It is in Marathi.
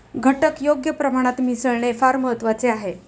घटक योग्य प्रमाणात मिसळणे फार महत्वाचे आहे